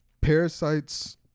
parasites